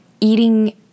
eating